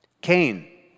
Cain